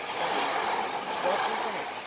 thus what was that?